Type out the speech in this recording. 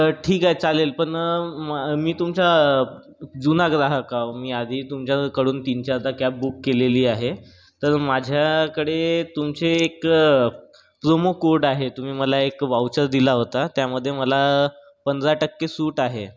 ठीक आहे चालेल पण मा मी तुमचा जुना ग्राहक आहे मी आधी तुमच्याकडून तीन चारदा कॅब बुक केलेली आहे तर माझ्याकडे तुमचे एक प्रोमोकोड आहे तुम्ही मला एक व्हाउचर दिला होता त्यामध्ये मला पंधरा टक्के सूट आहे